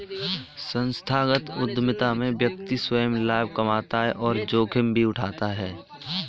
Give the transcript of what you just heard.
संस्थागत उधमिता में व्यक्ति स्वंय लाभ कमाता है और जोखिम भी उठाता है